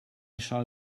shall